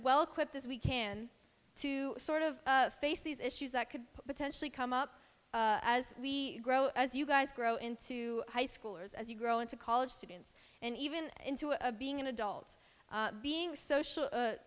well equipped as we can to sort of face these issues that could potentially come up as we grow as you guys grow into high schoolers as you grow into college students and even into a being an adult being social